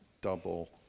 double